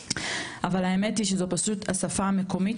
אבל האמת היא שזו פשוט השפה המקומית,